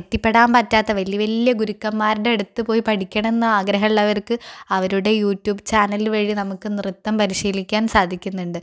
എത്തിപ്പെടാൻ പറ്റാതെ വലിയ വലിയ ഗുരുക്കന്മാരുടെ അടുത്ത് പോയി പഠിക്കണമെന്ന ആഗ്രഹമുള്ളവർക്ക് അവരുടെ യൂട്യൂബ് ചാനൽ വഴി നമുക്ക് നൃത്തം പരിശീലിക്കാൻ സാധിക്കുന്നുണ്ട്